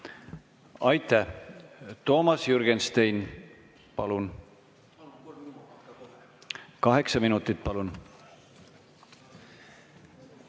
Aitäh! Toomas Jürgenstein, palun! Kaheksa minutit. Palun!